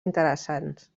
interessants